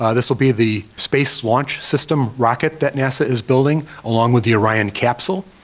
ah this will be the space launch system rocket that nasa is building along with the orion capsule.